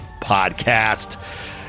podcast